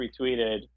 retweeted